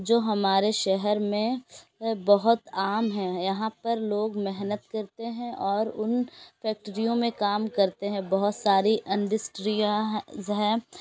جو ہمارے شہر میں بہت عام ہیں یہاں پر لوگ محنت کرتے ہیں اور ان فیکٹریوں میں کام کرتے ہیں بہت ساری انڈسٹریاں ہیں